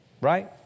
right